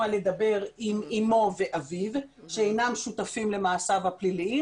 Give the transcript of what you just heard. מלדבר עם אמו ואביו אינם שותפי ם למעשיו הפליליים.